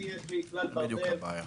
זאת בדיוק הבעיה.